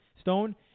Stone